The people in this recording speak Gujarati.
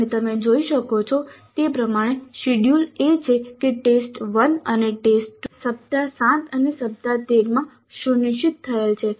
અને તમે જોઈ શકો છો તે પ્રમાણે શેડ્યૂલ એ છે કે ટેસ્ટ 1 અને ટેસ્ટ 2 સપ્તાહ 7 અને સપ્તાહ 13 માં સુનિશ્ચિત થયેલ છે